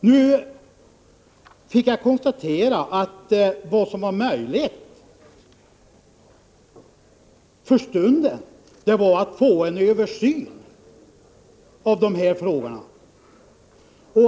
Nu fick jag konstatera att vad som var möjligt för stunden var att få en översyn av frågorna.